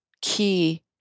key